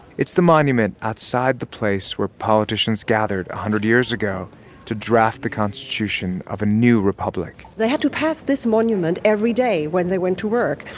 it's the monument monument outside the place where politicians gathered a hundred years ago to draft the constitution of a new republic they had to pass this monument every day when they went to work.